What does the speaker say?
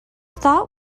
thought